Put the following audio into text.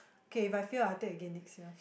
K if I fail I'll take again next year